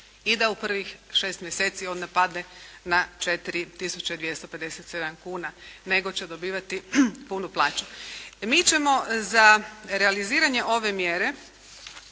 i da u prvih šest mjeseci onda padne na 4 tisuće 257 kuna nego će dobivati punu plaću. Mi ćemo za realiziranje ove mjere